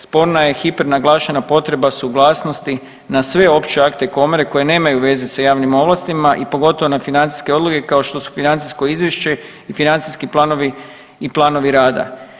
Sporna je hipernaglašena potreba suglasnosti na sve opće akte komore koje nemaju veze sa javnim ovlastima i pogotovo na financijske odluke, kao što su financijsko izvješće i financijski planovi i planovi rada.